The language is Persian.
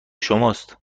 شماست